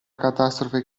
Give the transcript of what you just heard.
catastrofe